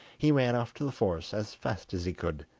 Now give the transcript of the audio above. he ran off to the forest as fast as he could,